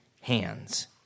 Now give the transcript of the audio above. hands